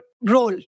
role